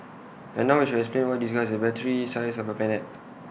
and now we shall explain why this guy has A battery the size of A planet